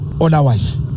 otherwise